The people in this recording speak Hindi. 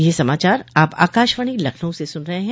ब्रे क यह समाचार आप आकाशवाणी लखनऊ से सुन रहे हैं